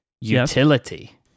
Utility